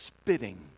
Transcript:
spitting